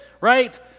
Right